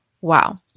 Wow